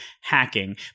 hacking